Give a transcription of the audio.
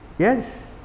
Yes